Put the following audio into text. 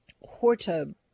horta